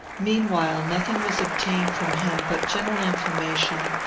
meanwhile nothing was obtained from him but general information,